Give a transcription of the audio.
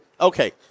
okay